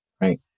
right